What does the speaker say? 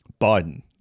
Biden